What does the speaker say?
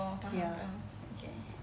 ya okay